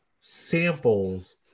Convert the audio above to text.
samples